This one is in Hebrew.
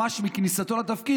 ממש עם כניסתו לתפקיד,